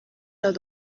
los